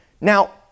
Now